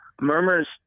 Murmurs